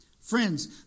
Friends